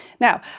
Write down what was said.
Now